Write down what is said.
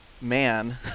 man